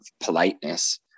politeness